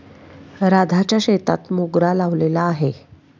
राधाच्या शेतात मोगरा लावलेला आहे